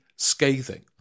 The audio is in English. scathing